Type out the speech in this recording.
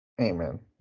Amen